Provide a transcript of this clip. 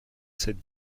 cette